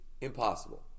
impossible